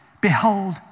behold